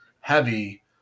heavy